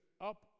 up